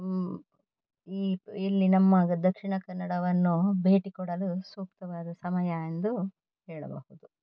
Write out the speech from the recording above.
ಈ ಇಲ್ಲಿ ನಮ್ಮ ದಕ್ಷಿಣ ಕನ್ನಡವನ್ನು ಭೇಟಿ ಕೊಡಲು ಸೂಕ್ತವಾದ ಸಮಯ ಎಂದು ಹೇಳಬಹುದು